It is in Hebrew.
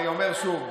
אני אומר שוב,